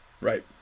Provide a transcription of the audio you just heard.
Right